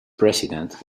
president